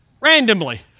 randomly